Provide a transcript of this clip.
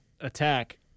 attack